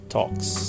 Talks